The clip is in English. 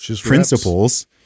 principles